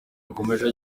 yakomeje